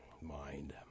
mind